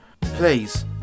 please